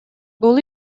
бул